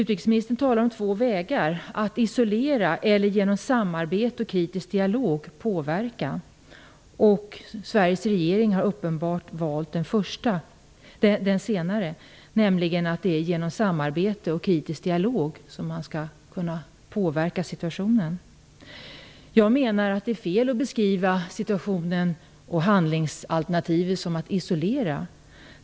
Utrikesministern talar om två vägar, att isolera eller att påverka genom samarbete och kritisk dialog. Sveriges regering har uppenbarligen valt den senare, nämligen att genom samarbete och kritisk dialog försöka påverka situationen. Jag menar att det är fel att beskriva situationen och handlingsalternativet som att isolera.